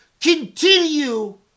continue